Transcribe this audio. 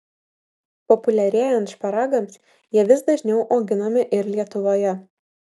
populiarėjant šparagams jie vis dažniau auginami ir lietuvoje